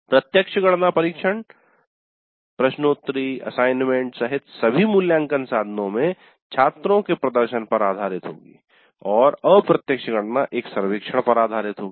प्रत्यक्ष गणना परीक्षण प्रश्नोत्तरी असाइनमेंट सहित सभी मूल्यांकन साधनों में छात्रों के प्रदर्शन पर आधारित होगी और अप्रत्यक्ष गणना एक सर्वेक्षण पर आधारित होगी